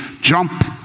jump